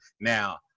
Now